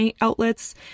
outlets